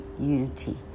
unity